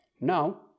Now